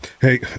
Hey